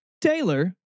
Taylor